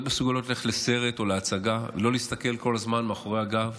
להיות מסוגלות ללכת לסרט או להצגה ולא להסתכל כל הזמן מאחורי הגב.